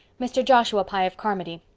mr. joshua pye of carmody.